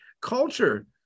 culture